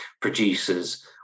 producers